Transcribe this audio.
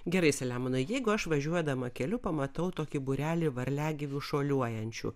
gerai selemonai jeigu aš važiuodama keliu pamatau tokį būrelį varliagyvių šuoliuojančių